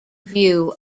view